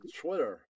Twitter